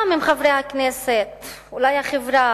גם אם חברי הכנסת, אולי החברה,